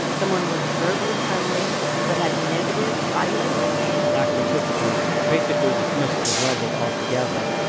someone was verbally friendly but had negative body language? black participants basically dismissed the verbal altogether.